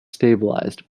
stabilized